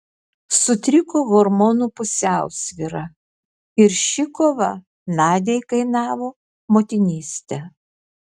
sutriko hormonų pusiausvyra ir ši kova nadiai kainavo motinystę